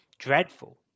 dreadful